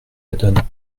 adonne